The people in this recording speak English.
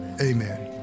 Amen